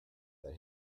that